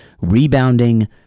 rebounding